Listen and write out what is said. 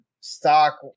stock